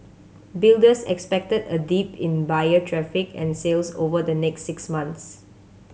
builders expected a dip in buyer traffic and sales over the next six months